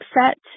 upset